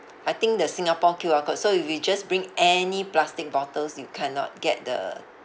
I think the singapore Q_R code so if you just bring any plastic bottles you cannot get the